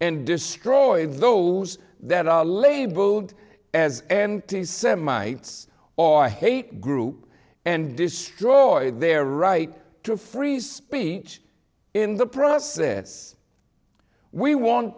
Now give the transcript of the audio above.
and destroy those that are labeled as and the semi or hate group and destroy their right to free speech in the process we want